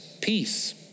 Peace